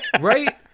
Right